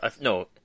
No